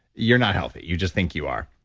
you're not healthy, you just think you are.